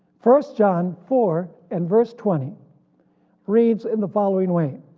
first john four and verse twenty reads in the following way.